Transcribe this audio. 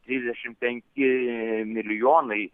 dvidešim penki milijonai